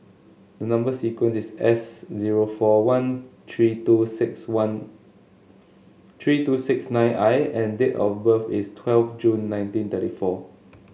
number sequence is S zero four one three two six one three two six nine I and date of birth is twelve June nineteen thirty four